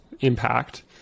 impact